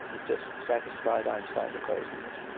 it just satisfied einstein's equations,